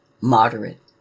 moderate